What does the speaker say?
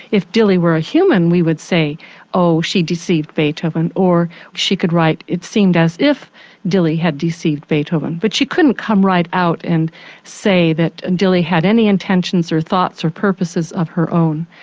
if dilly was a human we would say oh, she deceived beethoven or she could write it seemed as if dilly had deceived beethoven. but she couldn't come right out and say that and dilly had any intentions, or thoughts, or purposes of her own.